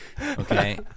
Okay